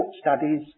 Studies